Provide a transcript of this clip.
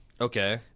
Okay